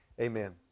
Amen